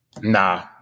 nah